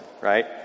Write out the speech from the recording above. right